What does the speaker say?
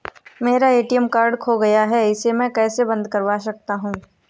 मेरा ATM card खो गया है मैं इसे कैसे बंद करवा सकता हूँ?